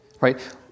right